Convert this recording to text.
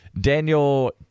Daniel